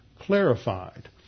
Clarified